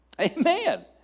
amen